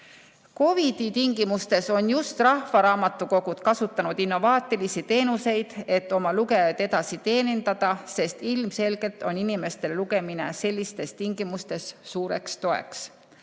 COVID‑i tingimustes on just rahvaraamatukogud kasutanud innovaatilisi teenuseid, et oma lugejaid edasi teenindada, sest ilmselgelt on inimestele lugemine sellistes tingimustes suureks toeks.